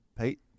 Pete